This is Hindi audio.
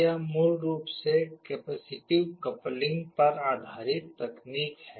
यह मूल रूप से कैपेसिटिव कपलिंग पर आधारित तकनीक है